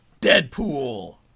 Deadpool